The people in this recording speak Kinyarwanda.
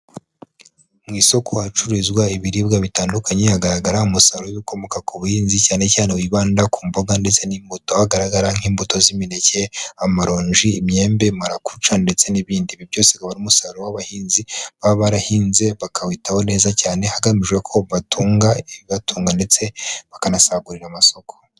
Mu isoko ahacuruzwa ibiribwa bitandukanye hagaragara umusaruro w'ibikomoka ku buhinzi cyane cyane wibanda ku mboga ndetse n'imbuto, aho hagaragara nk'imbuto z'imineke, amaronji, imyembe, marakuca ndetse n'ibindi, ibi byose bikaba ari umusaruro w'abahinzi baba barahinze bakawitaho neza cyane hagamijwe ko batunga ibibatunga ndetse bakanasagurira amasoko.